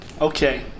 Okay